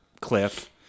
cliff